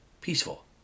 Peaceful